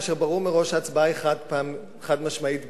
כאשר ברור היה מראש שההצבעה היא חד-משמעית בעד?